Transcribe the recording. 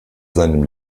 seinem